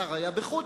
השר היה בחוץ-לארץ.